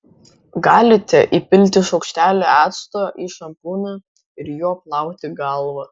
galite įpilti šaukštelį acto į šampūną ir juo plauti galvą